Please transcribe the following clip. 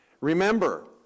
Remember